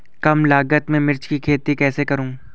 कम लागत में मिर्च की खेती कैसे करूँ?